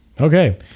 Okay